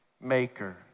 maker